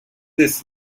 this